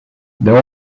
they